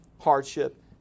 hardship